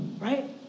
right